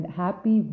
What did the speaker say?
happy